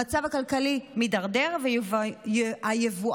המצב הכלכלי מידרדר והיבואניות